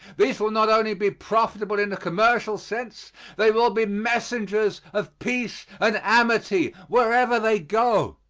these will not only be profitable in a commercial sense they will be messengers of peace and amity wherever they go.